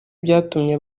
byatumye